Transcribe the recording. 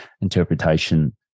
interpretation